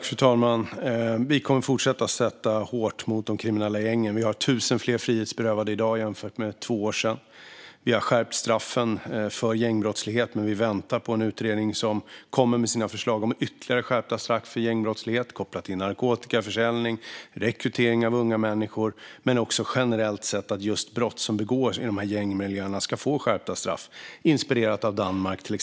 Fru talman! Vi kommer att fortsätta att sätta hårt mot de kriminella gängen. Vi har 1 000 fler frihetsberövade i dag än för två år sedan. Vi har skärpt straffen för gängbrottslighet, men vi väntar på en utredning som kommer med sina förslag om ytterligare skärpta straff för gängbrottslighet kopplat till narkotikaförsäljning, rekrytering av unga människor och också generellt, så att brott som begås i gängmiljöer ska få skärpta straff. Det är inspirerat av bland annat Danmark.